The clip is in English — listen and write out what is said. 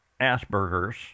Asperger's